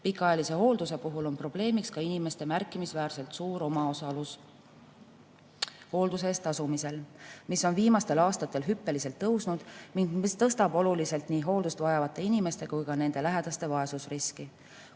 Pikaajalise hoolduse puhul on probleemiks ka inimeste märkimisväärselt suur omaosalus hoolduse eest tasumisel, mis on viimastel aastatel hüppeliselt tõusnud ning mis tõstab oluliselt nii hooldust vajavate inimeste kui ka nende lähedaste vaesusriski.